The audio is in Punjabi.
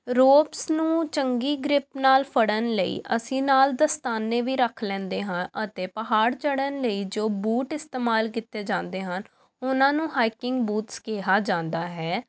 ਰੋਪਸ ਨੂੰ ਚੰਗੀ ਗ੍ਰਿਪ ਨਾਲ ਫੜਨ ਲਈ ਅਸੀਂ ਨਾਲ ਦਸਤਾਨੇ ਵੀ ਰੱਖ ਲੈਂਦੇ ਹਾਂ ਅਤੇ ਪਹਾੜ ਚੜ੍ਹਨ ਲਈ ਜੋ ਬੂਟ ਇਸਤੇਮਾਲ ਕੀਤੇ ਜਾਂਦੇ ਹਨ ਉਹਨਾਂ ਨੂੰ ਹਾਈਕਿੰਗ ਬੂਟਸ ਕਿਹਾ ਜਾਂਦਾ ਹੈ